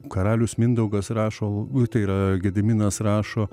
karalius mindaugas rašo tai yra gediminas rašo